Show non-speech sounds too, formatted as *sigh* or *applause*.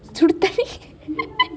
சூடு தண்ணீர்:sudu thannir *laughs*